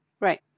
Right